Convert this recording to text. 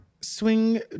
swing